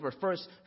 First